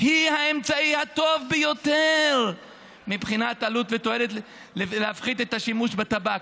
היא האמצעי הטוב ביותר מבחינת עלות תועלת להפחית את השימוש בטבק.